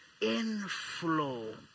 inflow